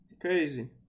Crazy